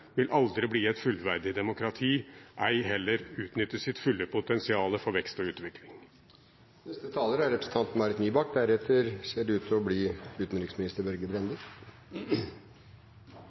vil aldri bli et fullverdig demokrati, ei heller utnytte sitt fulle potensial for vekst og utvikling. Etter saksordførerens innlegg er det kanskje på sin plass å ønske statsministeren lykke til